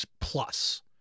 plus